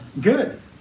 good